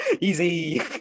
easy